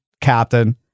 captain